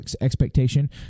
expectation